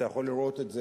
אתה יכול לראות את זה